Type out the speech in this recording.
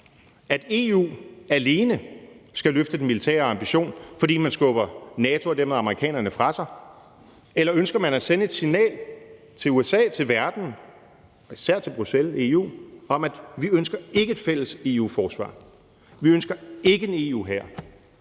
at EU alene skal løfte den militære ambition, fordi man skubber NATO og dermed amerikanerne fra sig, eller ønsker man at sende et signal til USA, til verden, især til Bruxelles, EU, om, at vi ikke ønsker et fælles EU-forsvar, vi ønsker ikke en EU-hær?